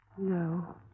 No